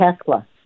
Tesla